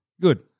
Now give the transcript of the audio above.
Good